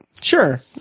Sure